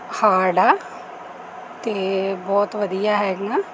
hard ਆ ਅਤੇ ਬਹੁਤ ਵਧੀਆ ਹੈਗੀਆਂ